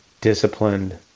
Disciplined